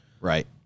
Right